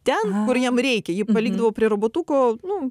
ten kur jam reikia ji palinkdavo prie robotuko nu